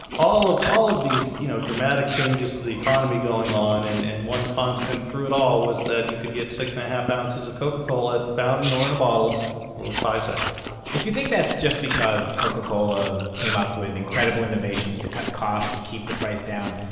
all of all of these, you know, dramatic changes to the economy going on. and and one constant through it all was that you could get six and a half ounces of coca-cola at the fountain or in a bottle for five cents if you think that's just because coca-cola came up with incredible innovations to cut costs to keep the price down,